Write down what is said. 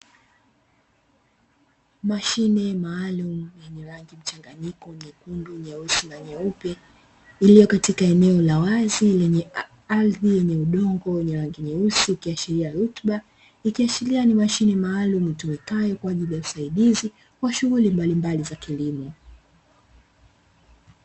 Mashine maalumu yenye rangi mchanganyiko nyekundu, nyeusi na nyeupe iliyo katika eneo la wazi lenye ardhi yenye udongo wa rangi nyeusi ikiashiria rutuba, ikiashiria ni mashine itumikayo kwa usaidizi wa shughuli mbalimbali za kilimo.